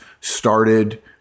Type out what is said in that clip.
started